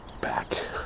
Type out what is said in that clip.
back